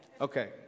Okay